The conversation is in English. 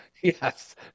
Yes